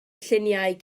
lluniau